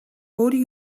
өөрийг